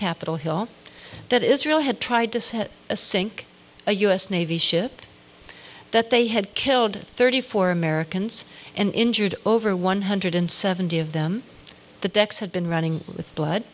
capitol hill that israel had tried to set a sink a u s navy ship that they had killed thirty four americans and injured over one hundred seventy of them the decks had been running with blood